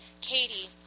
Katie